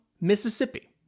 Mississippi